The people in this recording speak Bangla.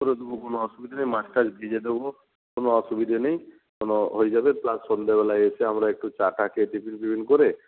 করে দেব কোনো অসুবিধে নেই মাছ টাছ ভেজে দেব কোনো অসুবিধে নেই হয়ে যাবে প্লাস সন্ধেবেলায় এসে আমরা একটু চা টা খেয়ে টিফিন ফিফিন করে